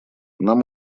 нам